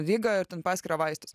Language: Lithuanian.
ligą ir ten paskirą vaistus